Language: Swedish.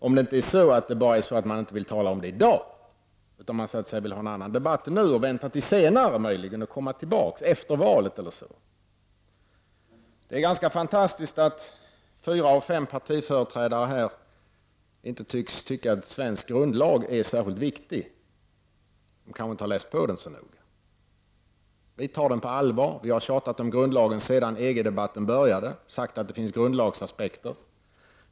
Om det inte bara är så att man inte vill tala om det i dag, utan att man vill ha en annan debatt nu och komma tillbaka senare, efter valet eller så. Det är ganska fantastiskt att fyra av fem partiföreträdare här inte tycks anse att svensk grundlag är särskilt viktig. De kanske inte har läst på den så noga. Vi tar den på allvar. Jag har tjatat om grundlagen sedan EG-debatten började och sagt att det finns grundlagsaspekter.